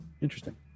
Interesting